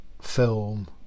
film